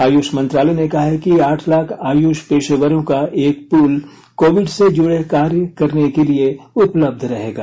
आयुष मंत्रालय ने कहा है कि आठ लाख आयुष पेशेवरों का एक पूल कोविड से जुड़े कार्य करने के लिए उपलब्ध रहेगा